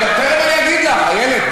תכף אני אגיד לך, איילת.